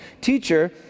Teacher